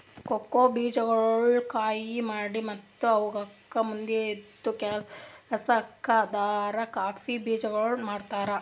cocoa ಬೀಜಗೊಳ್ ಕೊಯ್ಲಿ ಮಾಡಿ ಮತ್ತ ಅವುಕ್ ಮುಂದಿಂದು ಕೆಲಸಕ್ ಅಂದುರ್ ಕಾಫಿ ಬೀಜಗೊಳ್ ಮಾಡ್ತಾರ್